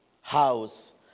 house